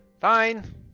fine